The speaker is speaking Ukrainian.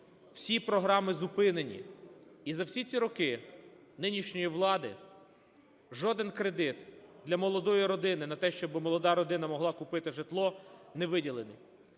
Всі програми зупинені. І за всі ці роки нинішньої влади жоден кредит для молодої родини на те, щоб молода родина могла купити житло, не виділений.